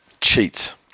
Cheats